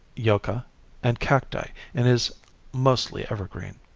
yucca and cacti and is mostly evergreen.